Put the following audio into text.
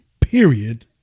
Period